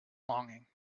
longing